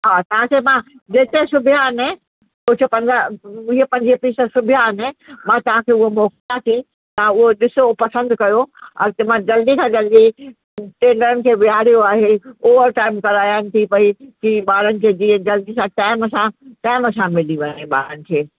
हा तव्हांखे मां जेके सुबिया आहिनि कुझु पंदरहां वीह पंजवीह टी शर्ट सुबिया आहिनि मां तव्हांखे उहो मोकिलियां थी तव्हां उहो ॾिसो उहो पसंदि कयो अॻिते मां जल्दी खां जल्दी टेलरनि खे विहारियो आहे ओवर टाइम करायां थी पई की ॿारनि खे जीअं जल्दी सां टाइम सां टाइम सां मिली वञे ॿारनि खे